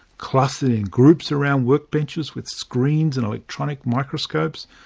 clustered in groups around workbenches with screens and electronic microscopes,